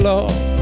Lord